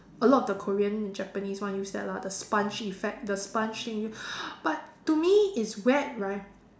a lot of the Korean Japanese one use that lah the sponge effect the sponge thing but to me it's wet right